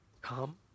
come